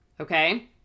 okay